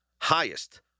highest